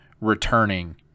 returning